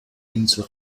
insel